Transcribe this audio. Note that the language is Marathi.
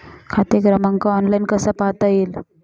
खाते क्रमांक ऑनलाइन कसा पाहता येईल?